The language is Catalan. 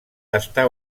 està